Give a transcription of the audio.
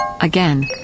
Again